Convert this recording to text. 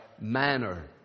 manner